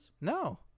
No